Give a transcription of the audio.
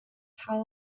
how